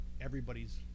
everybody's